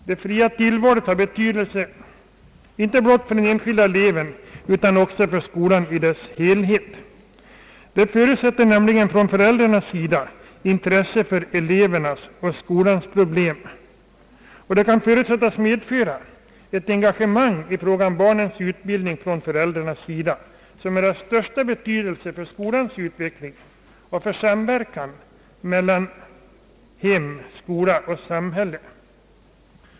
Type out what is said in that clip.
Det fria tillvalet har betydelse inte blott för den enskilda eleven utan också för skolan i dess helhet. Det förutsätter nämligen från föräldrarnas sida intresse för elevernas och skolans problem. Det fria tillvalet kan också väntas medföra ett engagemang från föräldrarnas sida i fråga om barnens utbildning, vilket är av största betydelse för skolans utveckling och för samverkan mellan hem, skola och samhälle.